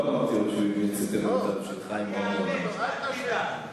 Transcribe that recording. לא אמרתי שהוא אימץ את עמדותיו של חיים רמון.